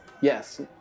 Yes